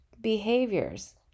behaviors